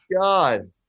god